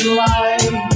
light